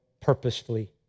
purposefully